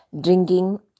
drinking